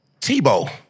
Tebow